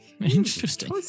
interesting